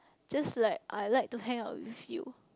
just like I like to hang out with you